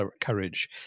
courage